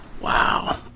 Wow